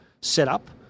setup